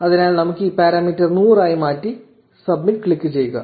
അതിനാൽ നമുക്ക് ഈ പാരാമീറ്റർ 100 ആയി മാറ്റി സബ്മിറ്റ് ക്ലിക്കുചെയ്യുക